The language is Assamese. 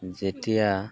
যেতিয়া